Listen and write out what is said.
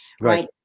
right